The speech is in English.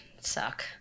suck